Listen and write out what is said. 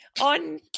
on